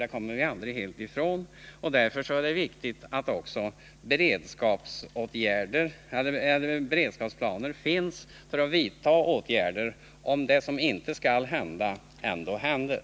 Det kommer vi aldrig helt ifrån. Därför är det viktigt att en beredskap finns för att vidta åtgärder, om det som inte skall hända ändå händer.